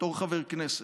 בתור חבר כנסת,